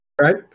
right